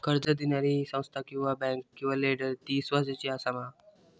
कर्ज दिणारी ही संस्था किवा बँक किवा लेंडर ती इस्वासाची आसा मा?